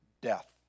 death